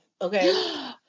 okay